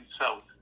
south